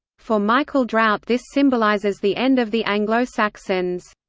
for michael drout this symbolises the end of the anglo-saxons.